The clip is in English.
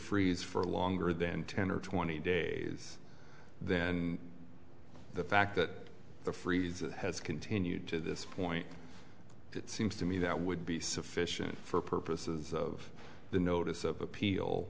freeze for longer than ten or twenty days then the fact that the freeze has continued to this point it seems to me that would be sufficient for purposes of the notice of appeal